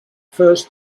first